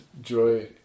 joy